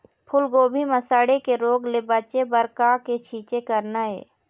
फूलगोभी म सड़े के रोग ले बचे बर का के छींचे करना ये?